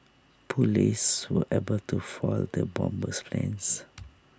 Police were able to foil the bomber's plans